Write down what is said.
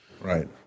Right